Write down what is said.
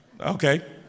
okay